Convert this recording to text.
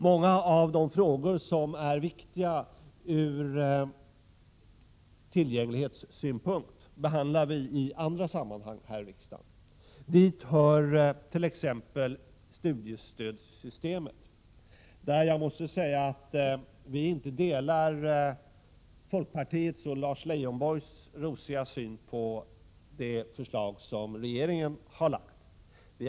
Många av de frågor som är viktiga ur tillgänglighetssynpunkt behandlar vi i andra sammanhang här i riksdagen. Dit hört.ex. frågan om studiestödssystemet, där vi inte delar folkpartiets och Lars Leijonborgs rosiga syn på det förslag regeringen har lagt fram.